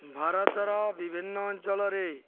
ଭାରତର ବିଭିନ୍ନ ଅଞ୍ଚଳରେ